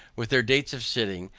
with their date of sitting,